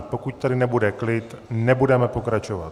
Pokud tady nebude klid, nebudeme pokračovat.